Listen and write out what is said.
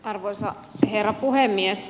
arvoisa herra puhemies